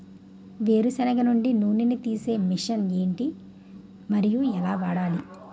వేరు సెనగ నుండి నూనె నీ తీసే మెషిన్ ఏంటి? మరియు ఎలా వాడాలి?